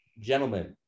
gentlemen